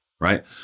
right